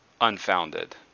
unfounded